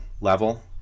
level